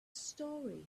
story